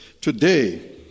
Today